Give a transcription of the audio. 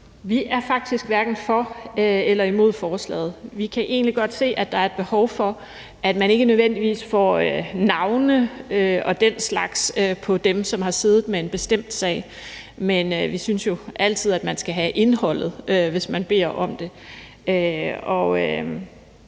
Vi er faktisk hverken for eller imod forslaget. Vi kan egentlig godt se, at der er et behov for, at man ikke nødvendigvis får navne og den slags på dem, som har siddet med en bestemt sag, men vi synes jo altid, at man skal have indholdet, hvis man beder om det.